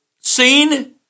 seen